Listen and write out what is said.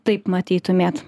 taip matytumėt